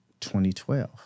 2012